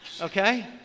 Okay